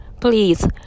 Please